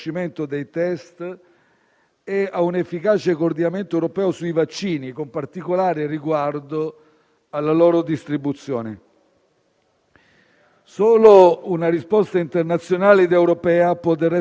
Solo una risposta internazionale ed europea, del resto, può consentire di superare la pandemia, obiettivo a cui l'Italia lavora intensamente, anche nella prospettiva del Global health summit,